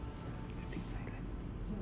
it's still inside right